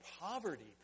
poverty